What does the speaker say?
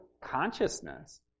consciousness